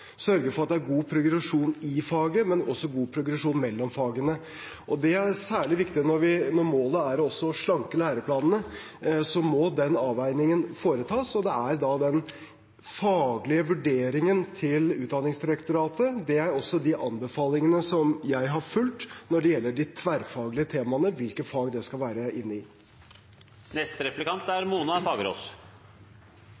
sørge for at det er god progresjon i faget, men også god progresjon mellom fagene. Det er særlig viktig. Når målet også er å slanke læreplanene, må den avveiningen foretas, og den faglige vurderingen til Utdanningsdirektoratet er de anbefalingene jeg har fulgt når det gjelder de tverrfaglige temaene – hvilke fag de skal være